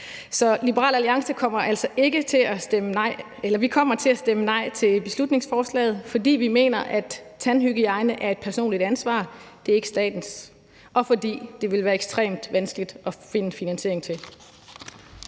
Så Liberal Alliance kommer altså til at stemme nej til beslutningsforslaget, fordi vi mener, at tandhygiejne er et personligt ansvar – det er ikke statens – og fordi det ville være ekstremt vanskeligt at finde finansiering til